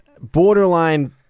borderline